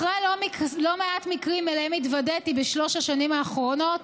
אחרי לא מעט מקרים שאליהם התוודעתי בשלוש השנים האחרונות,